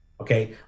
Okay